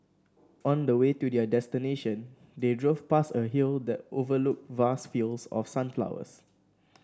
on the way to their destination they drove past a hill that overlooked vast fields of sunflowers